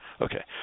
Okay